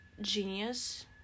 genius